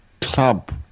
club